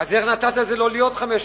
אז איך נתת לזה לא להיות חמש שנים?